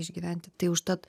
išgyventi tai užtat